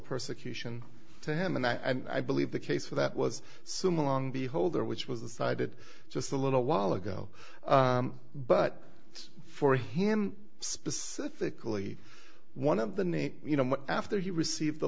persecution to him and i believe the case for that was similar beholder which was decided just a little while ago but for him specifically one of the name you know after he received a